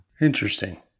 Interesting